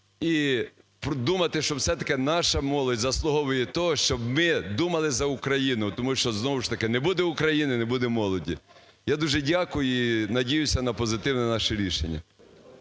і думати, що все-таки наша молодь заслуговує того, щоб ми думали за Україну. Тому що, знову ж таки, не буде України - не буде молоді. Я дуже дякую. І надіюся на позитивне наше рішення.